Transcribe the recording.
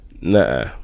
Nah